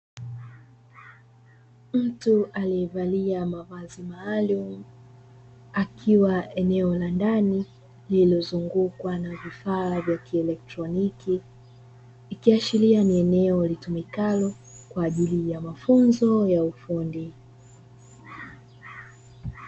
Mtu aliyevalia mavazi maalumu, akiwa eneo la ndani lililozungukwa na vifaa vya kielotroniki. Ikiashiria ni eneo litumikalo kwa ajili ya mafunzo ya ufundi.